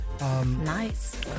Nice